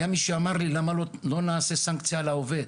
היה מי שאמר לי למה לא נעשה סנקציה על העובד?